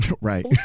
Right